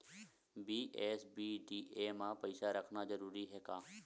BSBDA मा पईसा रखना जरूरी हे का?